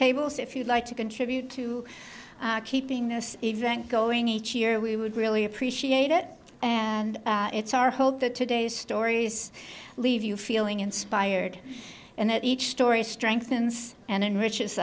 table so if you like to contribute to keeping this event going each year we would really appreciate it and it's our hope that today's stories leave you feeling inspired and each story strengthens and enriches